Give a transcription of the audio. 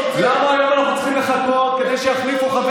למה אנחנו צריכים לחכות כדי שיחליפו חבר